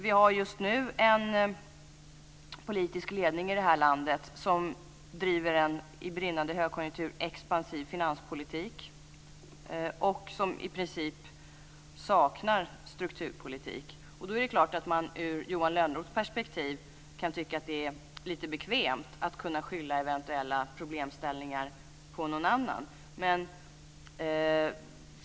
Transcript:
Vi har just nu en politisk ledning i det här landet som i en brinnande högkonjunktur bedriver en expansiv finanspolitik och som i princip saknar strukturpolitik. Då är det klart att man ur Johan Lönnroths perspektiv kan tycka att det är lite bekvämt att kunna skylla eventuella problemställningar på någon annan.